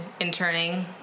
interning